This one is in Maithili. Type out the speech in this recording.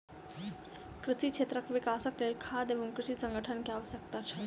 कृषि क्षेत्रक विकासक लेल खाद्य एवं कृषि संगठन के आवश्यकता छल